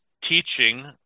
teaching